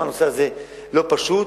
עד כמה הנושא הזה לא פשוט.